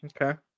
Okay